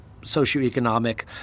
socioeconomic